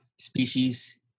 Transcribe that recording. species